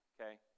Okay